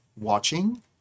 watching